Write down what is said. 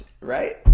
right